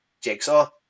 jigsaw